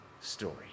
story